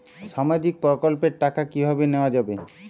সামাজিক প্রকল্পের টাকা কিভাবে নেওয়া যাবে?